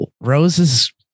Rose's